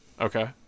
Okay